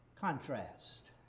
contrast